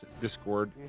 Discord